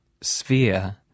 sphere